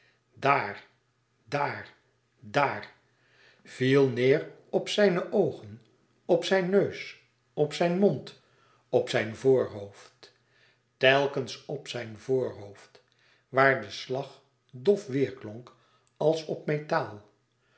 daar daar daar viel neêr op zijne oogen op zijn neus op zijn mond op zijn voorhoofd telkens op zijn voorhoofd waar de slag dof weêrklonk als op metaal